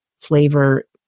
flavor